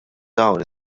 dawn